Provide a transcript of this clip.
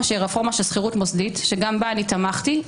של שכירות מוסדית שגם בה אני תמכתי.